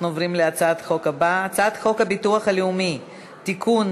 אנחנו עוברים להצעת החוק הבאה: הצעת חוק הביטוח הלאומי (תיקון,